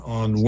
on